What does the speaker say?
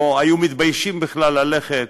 או שהיו מתביישים בכלל ללכת